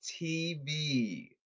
TV